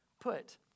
put